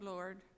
Lord